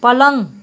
पलङ